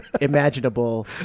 imaginable